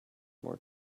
more